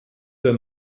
der